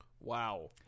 wow